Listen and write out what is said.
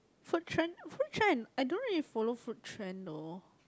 food trend food trend I don't really follow food trend though